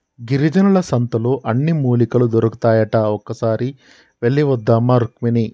గిరిజనుల సంతలో అన్ని మూలికలు దొరుకుతాయట ఒక్కసారి వెళ్ళివద్దామా రుక్మిణి